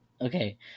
okay